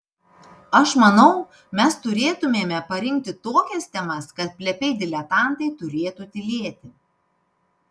aš manau mes turėtumėme parinkti tokias temas kad plepiai diletantai turėtų tylėti